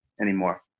anymore